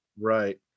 Right